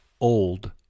old